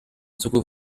zugriff